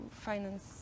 finance